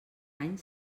any